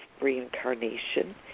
reincarnation